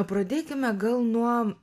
pradėkime gal nuo